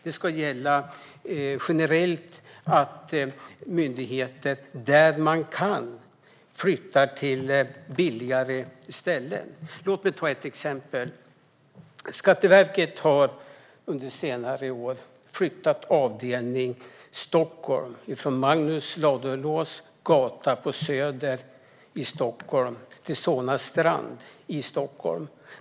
Det ska gälla generellt att myndigheter flyttar till billigare ställen när de kan. Låt mig ta ett exempel. Skatteverket har under senare år flyttat avdelningen Stockholm från Magnus Ladulåsgatan på Söder i Stockholm till Solna strand i Solna.